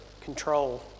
control